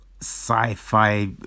sci-fi